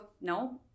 no